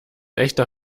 echter